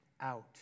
out